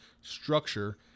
structure